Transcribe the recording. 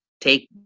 Take